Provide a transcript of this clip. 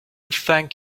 thank